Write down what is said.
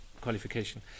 qualification